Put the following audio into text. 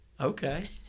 Okay